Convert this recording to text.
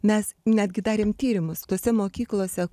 mes netgi darėm tyrimus tose mokyklose